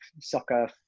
soccer